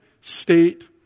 state